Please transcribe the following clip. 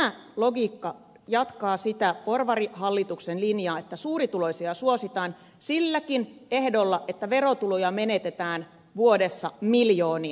tämä logiikka jatkaa sitä porvarihallituksen linjaa että suurituloisia suositaan silläkin ehdolla että verotuloja menetetään vuodessa miljoonia